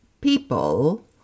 people